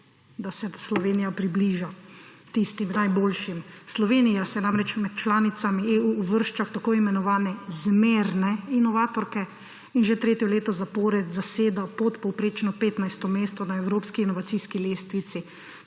da se Slovenija približa tistim najboljšim. Slovenija se namreč med članicami EU uvršča v tako imenovane zmerne inovatorke in že tretje leto zapored zaseda podpovprečno 15. mesto na evropski inovacijski lestvici,